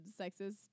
sexist